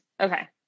Okay